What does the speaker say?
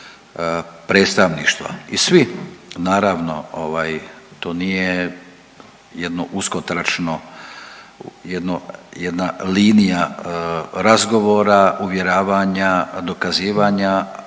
predstavništva i svi naravno ovaj, to nije jedno uskotračno, jedna linija razgovora, uvjeravanja, dokazivanja,